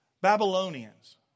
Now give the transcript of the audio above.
Babylonians